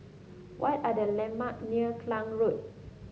what are the landmarks near Klang Road